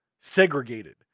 segregated